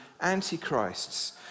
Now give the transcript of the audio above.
antichrists